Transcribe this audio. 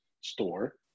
store